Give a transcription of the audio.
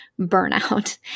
burnout